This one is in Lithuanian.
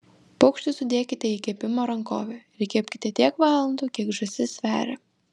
paukštį sudėkite į kepimo rankovę ir kepkite tiek valandų kiek žąsis sveria